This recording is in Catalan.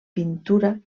pintura